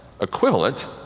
equivalent